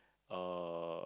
uh